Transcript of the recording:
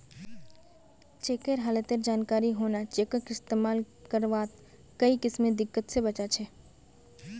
चेकेर हालतेर जानकारी होना चेकक इस्तेमाल करवात कोई किस्मेर दिक्कत से बचा छे